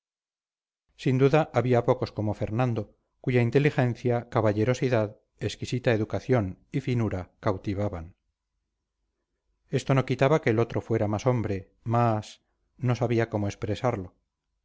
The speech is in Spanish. sin duda había pocos como fernando cuya inteligencia caballerosidad exquisita educación y finura cautivaban esto no quitaba que el otro fuera más hombre más no sabía cómo expresarlo